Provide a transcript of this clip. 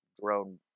drone